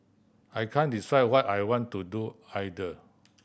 I can't decide what I want to do either